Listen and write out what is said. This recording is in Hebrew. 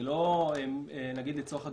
לצורך הדוגמה,